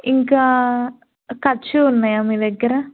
ఇంకా cut shoe ఉన్నాయా మీ దగ్గర